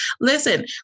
listen